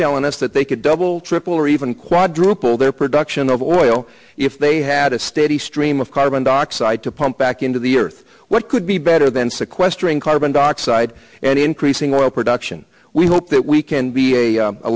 telling us that they could double triple or even quadruple their production of oil if they had a steady stream of carbon dioxide to pump back into the earth what could be better than sequestering carbon dioxide and increasing oil production we hope that we can be a